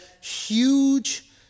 huge